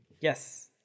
Yes